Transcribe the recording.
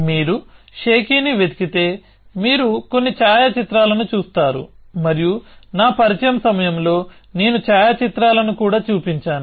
మీరు షేకీని వెతికితే మీరు కొన్ని ఛాయాచిత్రాలను చూస్తారు మరియు నా పరిచయం సమయంలో నేను ఛాయాచిత్రాలను కూడా చూపించాను